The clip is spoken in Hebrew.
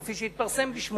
כפי שהתפרסם בשמו,